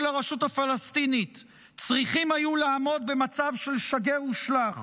הרשות הפלסטינית צריכים היו לעמוד במצב של שגר ושלח.